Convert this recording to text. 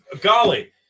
golly